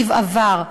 כבעבר,